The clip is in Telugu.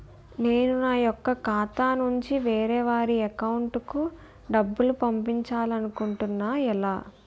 నేను నా యెక్క ఖాతా నుంచి వేరే వారి అకౌంట్ కు డబ్బులు పంపించాలనుకుంటున్నా ఎలా?